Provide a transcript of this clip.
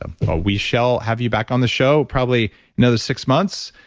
ah ah we shall have you back on the show probably another six months.